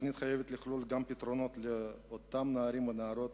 בתוכנית חייבים לכלול גם פתרונות לאותם נערים ונערות,